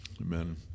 Amen